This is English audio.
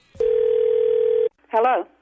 Hello